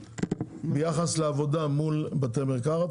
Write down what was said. ביחס לעבודה מול בתי מרקחת,